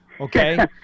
okay